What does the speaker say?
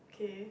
K